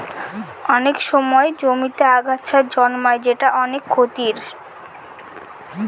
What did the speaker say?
অনেক সময় জমিতে আগাছা জন্মায় যেটা অনেক ক্ষতির